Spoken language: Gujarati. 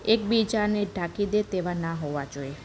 એકબીજાને ઢાંકી દે તેવા ના હોવા જોઈએ